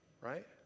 right